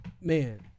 Man